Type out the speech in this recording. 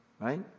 Right